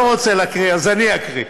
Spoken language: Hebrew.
הוא לא רוצה להקריא, אז אני אקריא,